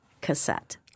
cassette